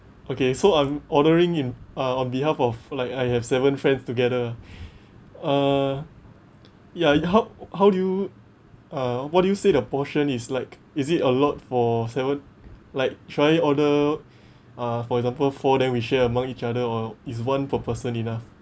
okay so I'm ordering in uh on behalf of like I have seven friends together uh ya y~ how how do you uh what do you say the portion is like is it a lot for seven like should I order uh for example four then we share among each other or is one per person enough